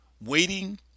Waiting